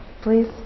please